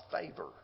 favor